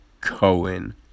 Cohen